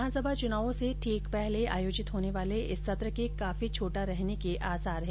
विधानसभा चुनावों से ठीक पहले आयोजित होने वाले इस सत्र के काफी छोटा रहने के ऑसार है